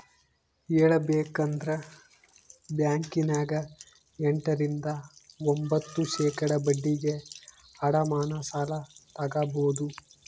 ಹೇಳಬೇಕಂದ್ರ ಬ್ಯಾಂಕಿನ್ಯಗ ಎಂಟ ರಿಂದ ಒಂಭತ್ತು ಶೇಖಡಾ ಬಡ್ಡಿಗೆ ಅಡಮಾನ ಸಾಲ ತಗಬೊದು